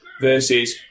versus